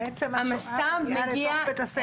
בעצם אתן מגיעות לתוך בית הספר.